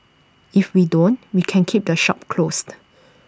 if we don't we can keep the shop closed